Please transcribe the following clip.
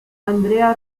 andrea